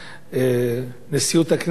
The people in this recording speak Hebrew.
נשיאות הכנסת,